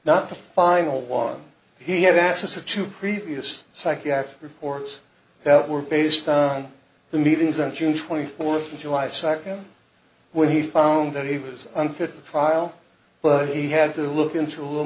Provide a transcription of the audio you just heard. the final was he had access to two previous psychiatric reports that were based on the meetings on june twenty fourth of july second when he found that he was unfit to trial but he had to look into a little